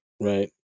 Right